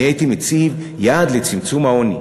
אני הייתי מציב יעד לצמצום העוני.